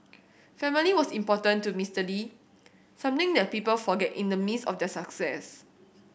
family was important to Mister Lee something that people forget in the midst of their success